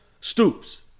Stoops